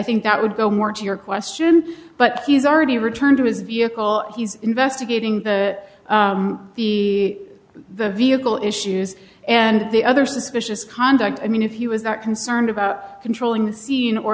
think that would go more to your question but he's already returned to his vehicle he's investigating the the the vehicle issues and the other suspicious conduct i mean if he was that concerned about controlling the scene or